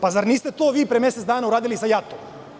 Pa, zar niste to vi pre mesec dana uradili sa JAT?